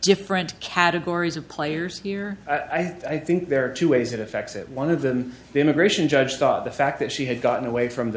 different categories of players here i think there are two ways it affects it one of them the immigration judge saw the fact that she had gotten away from the